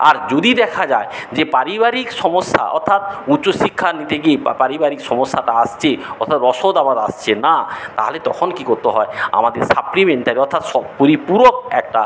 আর যদি দেখা যায় যে পারিবারিক সমস্যা অর্থাৎ উচ্চশিক্ষা নিতে গিয়ে পারিবারিক সমস্যাটা আসছে অর্থাৎ রসদ আমার আসছে না তাহালে তখন কী করতে হয় আমাদের সাপ্লিমেন্টটাকে অর্থাৎ সব পরিপূরক একটা